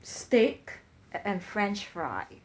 steak and french fries